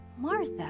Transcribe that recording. Martha